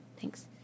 Thanks